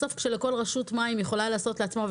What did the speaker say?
בסוף כשכל רשות מים יכולה לעשות לעצמה,